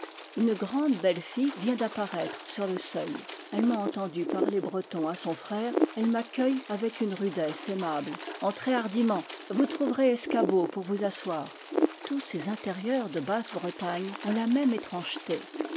une grande belle fille vient d'apparaître sur le seuil elle m'a entendu parler bre ton à son frère elle m'accueille avec une rudesse aimable entrez hardiment vous trouverez escabeau pour vous asseoir tous ces intérieurs de basse-bretagne ont la même étrangeté